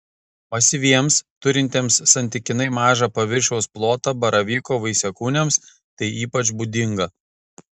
masyviems turintiems santykinai mažą paviršiaus plotą baravyko vaisiakūniams tai ypač būdinga